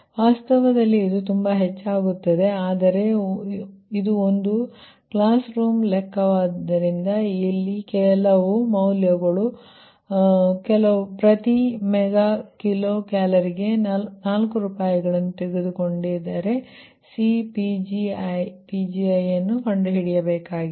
ವಾಸ್ತವದಲ್ಲಿ ಇದು ತುಂಬಾ ಹೆಚ್ಚಾಗುತ್ತದೆ ಆದರೆ ಇದು ಒಂದು ಕ್ಲಾಸ್ ರೂಮ್ ಲೆಕ್ಕವಾದ್ದರಿಂದ ಇಲ್ಲಿ ಕೆಲವು ಮೌಲ್ಯವು ಪ್ರತಿ ಮೆಗಾ ಕಿಲೋ ಕ್ಯಾಲೋರಿಗೆ 4 ರೂಪಾಯಿಗಳನ್ನು ತೆಗೆದುಕೊಂಡಿರೆ C ಕಂಡುಹಿಡಿಯಬೇಕಾಗಿದೆ